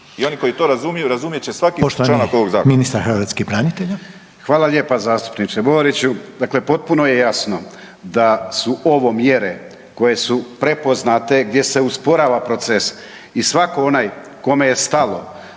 i oni koji to razumiju, razumjet će svaki članak ovoga zakona.